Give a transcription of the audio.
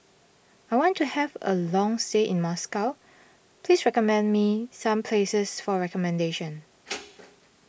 I want to have a long stay in Moscow please recommend me some places for accommodation